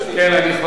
אני יכול להגיד,